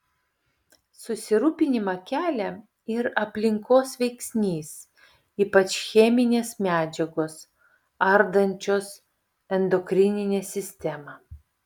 susirūpinimą kelia ir aplinkos veiksnys ypač cheminės medžiagos ardančios endokrininę sistemą